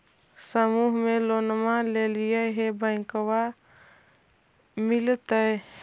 समुह मे लोनवा लेलिऐ है बैंकवा मिलतै?